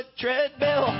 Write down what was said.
treadmill